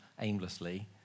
aimlessly